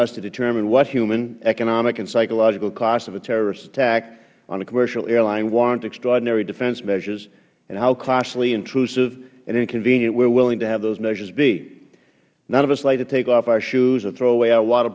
us to determine what human economic and psychological costs of a terrorist attack on a commercial airline warrants extraordinary defense measures and how costly intrusive and inconvenient we are willing to have those measures be none of us likes to take off our shoes or throw away our water